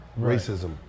Racism